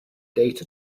data